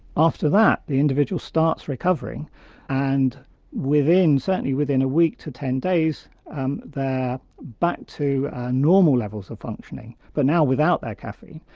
after that the individual starts recovering and within, certainly within a week to ten days um they're back to normal levels of functioning but now without their caffeine,